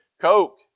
Coke